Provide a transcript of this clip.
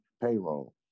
payroll